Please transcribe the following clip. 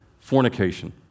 Fornication